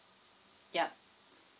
yup